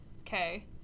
Okay